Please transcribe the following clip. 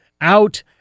out